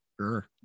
Sure